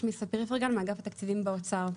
אני מאגף התקציבים במשרד האוצר.